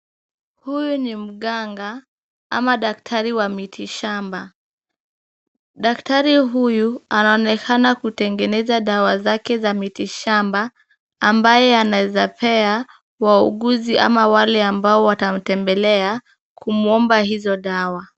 Huyu ni mganga ama daktari wa miti shamba. Daktari huyu anaonekana kutengeneza dawa zake za miti shamba, ambaye anaeza pea wauguzi ama wale ambao watamtembelea, kumuomba hizo dawa.